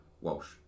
Walsh